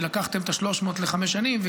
כי לקחתם את 300 מיליון השקלים לחמש שנים,